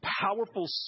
powerful